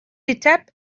étape